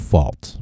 Fault